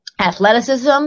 athleticism